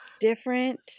different